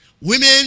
women